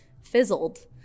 fizzled